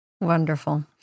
Wonderful